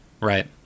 Right